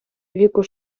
віку